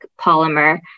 polymer